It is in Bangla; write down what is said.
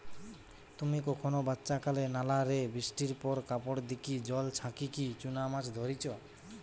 তুমি কখনো বাচ্চাকালে নালা রে বৃষ্টির পর কাপড় দিকি জল ছাচিকি চুনা মাছ ধরিচ?